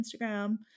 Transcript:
Instagram